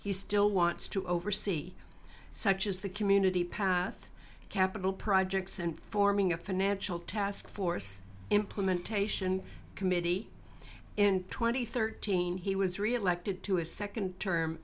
he still wants to oversee such as the community path capital projects and forming a financial taskforce implementation committee in twenty thirteen he was reelected to a second term